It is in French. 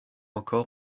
encore